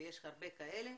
ויש הרבה כאלה,